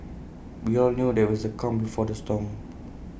we all knew that IT was the calm before the storm